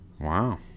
Wow